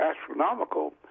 astronomical